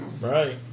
Right